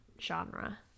genre